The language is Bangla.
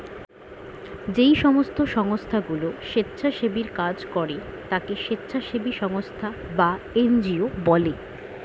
যেই সমস্ত সংস্থাগুলো স্বেচ্ছাসেবীর কাজ করে তাকে স্বেচ্ছাসেবী সংস্থা বা এন জি ও বলে